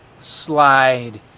slide